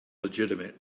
legitimate